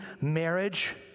marriage